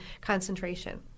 concentration